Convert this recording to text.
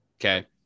Okay